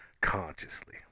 consciously